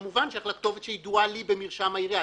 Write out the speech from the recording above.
כמובן שאשלח לכתובת שידועה לי במרשם העירייה.